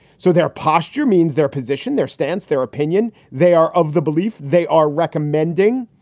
so their posture means their position, their stance, their opinion. they are of the belief they are recommending.